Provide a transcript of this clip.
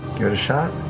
give it a shot.